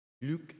Luc